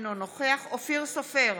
אינו נוכח אופיר סופר,